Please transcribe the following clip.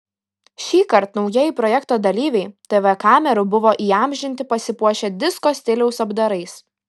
šįkart naujieji projekto dalyviai tv kamerų buvo įamžinti pasipuošę disko stiliaus apdarais